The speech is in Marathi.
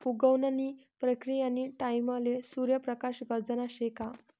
उगवण नी प्रक्रीयानी टाईमले सूर्य प्रकाश गरजना शे का